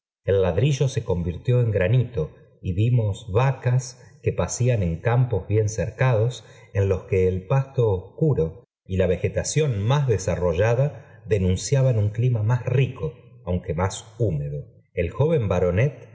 el ladrillo se convirtió en granito y vimos vacas que pacían en campos bien cercadoe en los que el pasto obscuro y la vegetación más desarrollada denunciaban un clima más rico aunque más húmedo el joven baronet